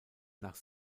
nach